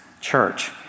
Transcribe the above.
church